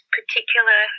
particular